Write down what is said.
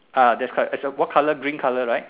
ah that's right as of what colour green colour right